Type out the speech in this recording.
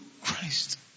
Christ